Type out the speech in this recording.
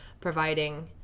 providing